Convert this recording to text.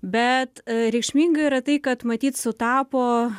bet reikšminga yra tai kad matyt sutapo